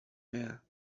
air